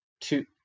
two